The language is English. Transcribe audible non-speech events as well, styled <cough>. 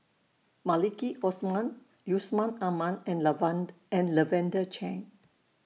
Maliki Osman Yusman Aman and <unintelligible> and Lavender Chin